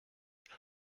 using